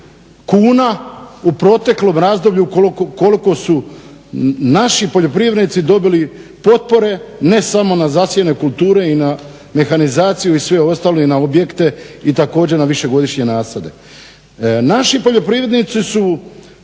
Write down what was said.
kuna u proteklom razdoblju koliko su naši poljoprivrednici dobili potpore ne samo na zasijane kulture i na mehanizaciju i sve ostalo i na objekte i također na višegodišnje nasade. Naši poljoprivrednici su